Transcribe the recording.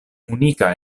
unika